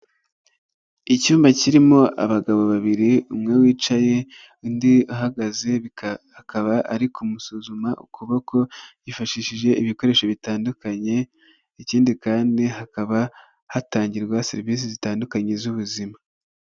Icyumba kirimo abagabo babiri umwe wicaye undi ahagaze akaba ari kumusuzuma ukuboko yifashishije ibikoresho bitandukanye ikindi kandi hakaba hatangirwa serivisi zitandukanye z'ubuzima.